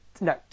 no